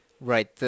Right